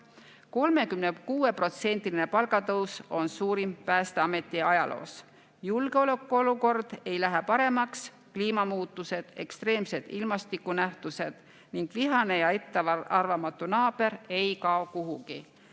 36%‑line palgatõus on suurim Päästeameti ajaloos. [---] Julgeolekuolukord ei lähe paremaks. Kliimamuutused, ekstreemsed ilmastikunähtused ning vihane ja ettearvamatu naaber ei kao kuhugi.